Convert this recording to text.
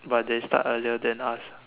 but they start earlier than us